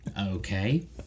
Okay